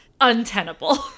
untenable